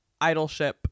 idolship